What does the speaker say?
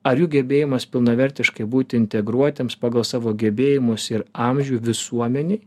ar jų gebėjimas pilnavertiškai būti integruotiems pagal savo gebėjimus ir amžių visuomenėj